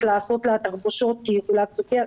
לעשות לה תחבושות כי היא חולת סוכרת,